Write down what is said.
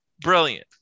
Brilliant